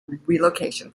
relocation